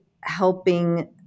helping